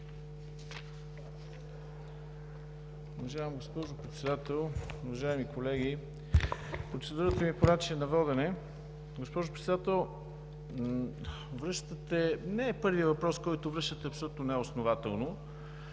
Уважаема госпожо Председател, уважаеми колеги! Процедурата ми е по начина на водене. Госпожо Председател, не е първият въпрос, който връщате абсолютно неоснователно,